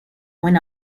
when